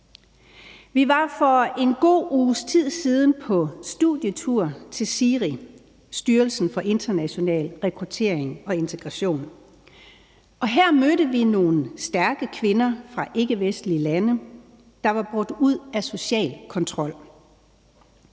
Vi var for en god uges tid siden på studietur til SIRI, Styrelsen for International Rekruttering og Integration, og her mødte vi nogle stærke kvinder fra ikkevestlige lande, der var brudt ud af social kontrol.